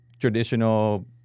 traditional